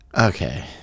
Okay